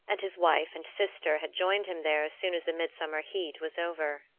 and his wife and sister had joined him there as soon as the midsummer heat was over.